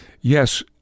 Yes